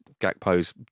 Gakpo's